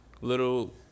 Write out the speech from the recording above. little